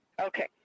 Okay